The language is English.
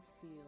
feel